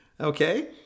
Okay